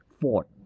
ford